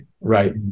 right